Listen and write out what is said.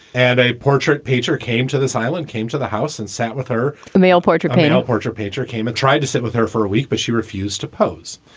and a portrait painter came to this island, came to the house and sat with her. the male portrait painter portrait nature came and tried to sit with her for a week, but she refused to pose,